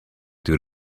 due